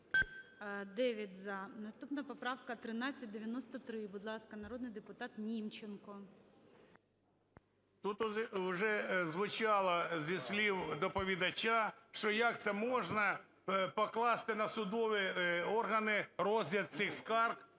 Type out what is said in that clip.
За-9 Наступна поправка – 1393. Будь ласка, народний депутат Німченко. 16:32:21 НІМЧЕНКО В.І. Тут вже звучало зі слів доповідача, що як це можна покласти на судові органи розгляд цих скарг,